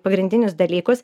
pagrindinius dalykus